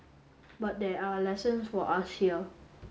but there are lessons for us here